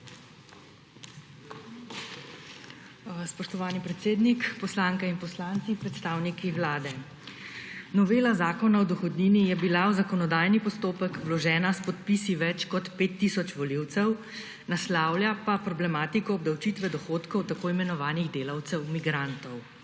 Spoštovani predsednik, poslanke in poslanci ter predstavniki Vlade! Novela Zakona o dohodnini je bila v zakonodajni postopek vložena s podpisi več kot 5 tisoč volivcev, naslavlja pa problematiko obdavčitve dohodkov tako imenovanih delavcev migrantov.